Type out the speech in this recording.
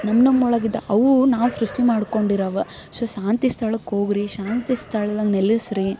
ನಮ್ಮ ನಮ್ಮ ಒಳಗಿದ್ದಾಗ ಅವು ನಾವು ಸೃಷ್ಟಿ ಮಾಡ್ಕೊಂಡಿರುವ ಸೊ ಶಾಂತಿ ಸ್ಥಳಕ್ಕೆ ಹೋಗಿರಿ ಶಾಂತಿ ಸ್ಥಳದಲ್ಲಿ ನೆಲೆಸಿರಿ